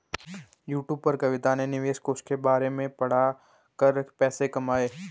YouTube पर कविता ने निवेश कोष के बारे में पढ़ा कर पैसे कमाए